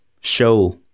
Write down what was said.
show